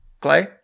Clay